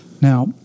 Now